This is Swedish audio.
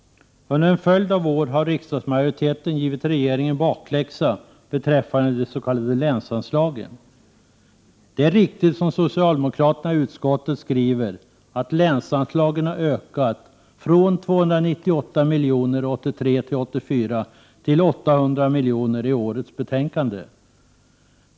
Under en följd av år har riksdagsmajoriteten givit regeringen bakläxa beträffande de s.k. länsanslagen. Det är riktigt, som socialdemokraterna i utskottet skriver, att länsanslagen har ökat från 298 miljoner 1983/84 till 800 miljoner i årets betänkande.